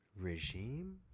regime